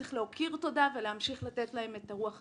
צריך להוקיר תודה ולהמשיך ולתת להם את הרוח הגבית.